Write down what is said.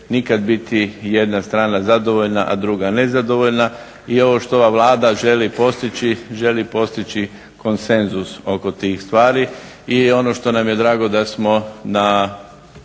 nikad biti jedna strana zadovoljna, a druga nezadovoljna. I ovo što ova Vlada želi postići, želi postići konsenzus oko tih stvari. I ono što nam je drago da smo na